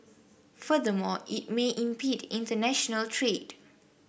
furthermore it may impede international trade